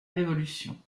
révolution